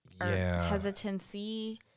hesitancy